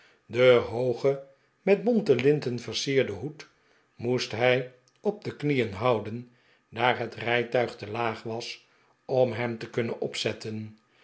den hoogen niet bohte linten versierden hoed moest hij op de knieen houden daar het rijtuig te laag was om hem te kunnen opzetten